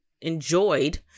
enjoyed